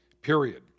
period